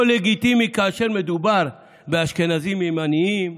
לגיטימי כאשר מדובר באשכנזים ימנים?